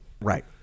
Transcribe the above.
Right